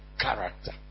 character